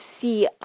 see